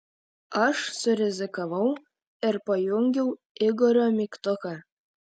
aš surizikavau ir pajungiau igorio mygtuką